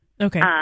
Okay